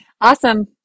Awesome